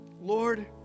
Lord